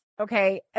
Okay